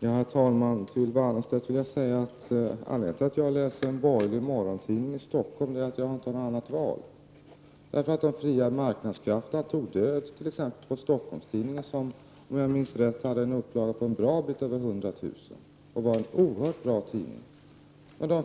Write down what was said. Herr talman! Till Ylva Annerstedt vill jag säga att anledningen till att jag läser en borgerlig morgontidning är att jag inte har något annat val. De fria marknadskrafterna tog död på t.ex. Stockholms-Tidningen, som — om jag minns rätt — hade en upplaga på en bra bit över 100 000 exemplar. Det var en oerhört bra tidning, men den